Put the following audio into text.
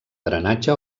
drenatge